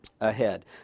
ahead